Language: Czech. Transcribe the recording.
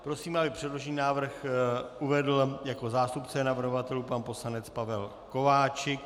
Prosím, aby předložený návrh uvedl jako zástupce navrhovatelů pan poslanec Pavel Kováčik.